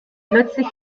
plötzlich